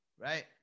right